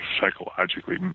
psychologically